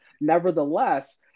Nevertheless